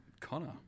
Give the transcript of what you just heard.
connor